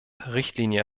richtlinie